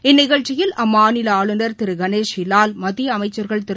இந்நிகழ்ச்சியில் அம்மாநில ஆளுனர் திரு கணேஷிலால் மத்திய அமைச்சர்கள் திரு